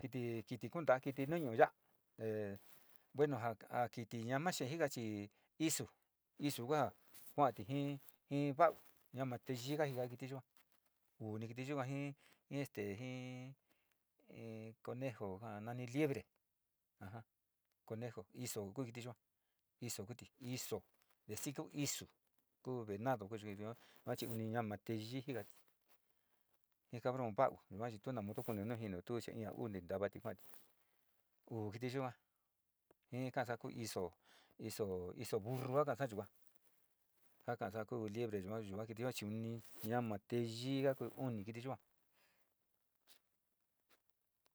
Kiti ki ndaa, kiti nu ñuu ya'a e bueno a kiti ñana jika isu kua kuati jii va'au teyii kajika kiti yua kiti yuka jii este jii, jii conejo ja nani liebre a ja iso kuu kiti yua iso kuti, iso, sii tu isu ku venado ku kiti yua uni ñama te yiiti jikati, ji cabron va'au chi tu na modo tu kunio nujinu tu te ja u'u tavati uu kiti yua ji taka ku iso, iso, iso burru kaka yuga kuu liebre yua, yua kiti yua chi uni ñama te yii te uni kiti yua.